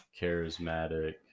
charismatic